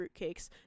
fruitcakes